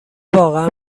واقعا